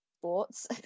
sports